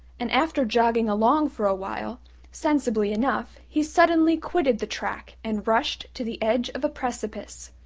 and after jogging along for a while sensibly enough he suddenly quitted the track and rushed to the edge of a precipice.